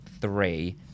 three